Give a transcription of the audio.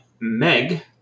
Meg